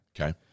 Okay